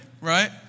right